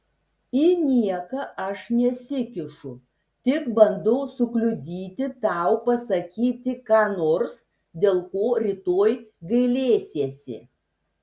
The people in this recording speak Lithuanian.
į nieką aš nesikišu tik bandau sukliudyti tau pasakyti ką nors dėl ko rytoj gailėsiesi